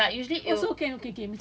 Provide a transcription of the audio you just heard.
so ya usually